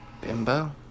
Bimbo